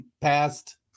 past